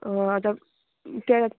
हय आतां तेत